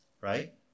right